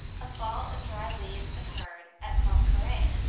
a fall of dried leaves occurred at pontcarre.